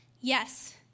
Yes